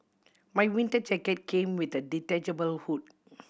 my winter jacket came with a detachable hood